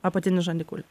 apatinį žandikaulį